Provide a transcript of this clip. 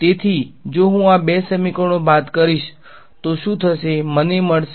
તેથી જો હું આ બે સમીકરણો બાદ કરીશ તો શું થશે મને મળશે